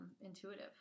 intuitive